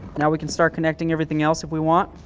now we can start connecting everything else if we want,